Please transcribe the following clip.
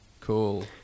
cool